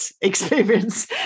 experience